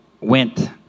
went